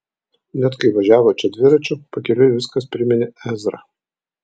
net kai važiavo čia dviračiu pakeliui viskas priminė ezrą